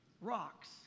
rocks